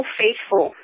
faithful